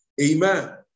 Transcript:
Amen